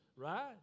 right